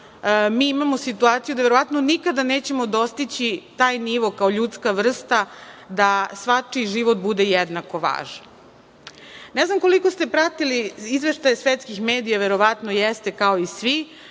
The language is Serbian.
mi imamo situaciju da verovatno nikada nećemo dostići taj nivo kao ljudska vrsta da svačiji život bude jednako važan. Ne znam koliko ste pratili izveštaje svetskih medija, verovatno jeste kao i svi,